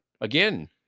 Again